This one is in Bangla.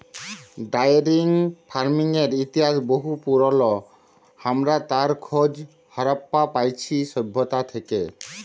ডায়েরি ফার্মিংয়ের ইতিহাস বহু পুরল, হামরা তার খজ হারাপ্পা পাইছি সভ্যতা থেক্যে